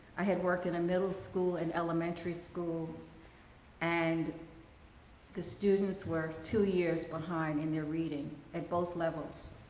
i had worked in a middle school and elementary school and the students were two years behind in their reading at both levels.